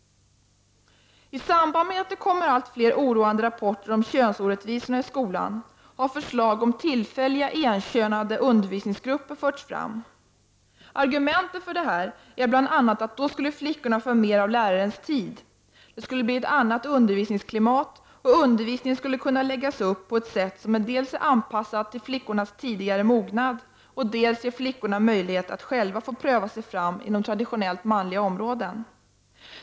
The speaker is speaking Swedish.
I samband med att det kommer allt fler oroande rapporter om könsorättvisorna i skolan har förslag om tillfälliga enkönade undervisningsgrupper förts fram. Argumenten för detta är bl.a. att flickorna skulle få mer av lärarens tid, det skulle bli ett annat undervisningsklimat och undervisningen skulle kunna läggas upp på ett sätt som dels är anpassat till flickornas tidigare mognad, dels ger flickorna möjlighet att själva få pröva sig fram inom traditionellt manliga områden.